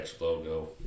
logo